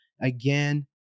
again